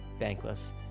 bankless